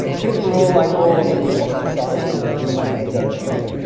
people are all like, oh, i'm going to be ostracized from the group if i don't drink.